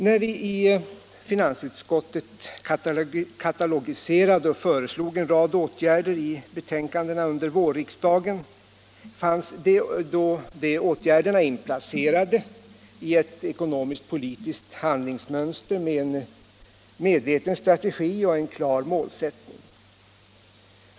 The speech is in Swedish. När vi i finansutskottet i betänkanden under vårriksdagen katalogiserade och föreslog en rad åtgärder inplacerades de i ett ekonomiskt-politiskt handlingsmönster med en medveten strategi och en klar målsättning.